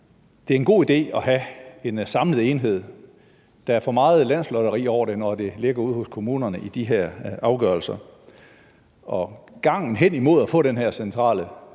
det er en god idé at have en samlet enhed. Der er for meget landslotteri over det, når de her afgørelser ligger ude hos kommunerne. Vejen hen imod at få den her centrale